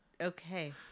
okay